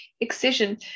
excision